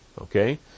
Okay